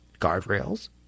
guardrails